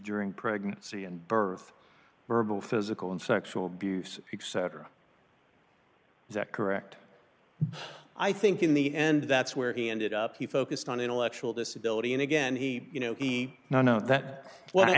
during pregnancy and birth verbal physical and sexual abuse etc is that correct i think in the end that's where he ended up he focused on intellectual disability and again he you know he now know that w